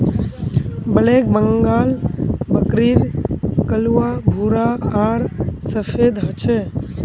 black Bengal बकरीर कलवा भूरा आर सफेद ह छे